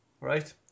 right